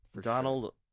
Donald